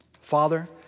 Father